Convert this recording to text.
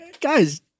guys